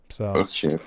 Okay